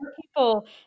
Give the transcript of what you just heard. people